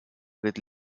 with